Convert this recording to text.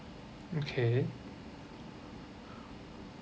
okay